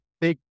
Big